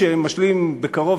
שמשלים בקרוב,